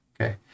okay